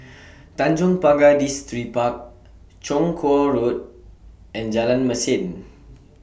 Tanjong Pagar Distripark Chong Kuo Road and Jalan Mesin